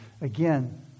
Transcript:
Again